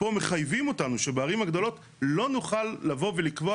פה מחייבים אותנו שבערים הגדולות לא נוכל לבוא ולקבוע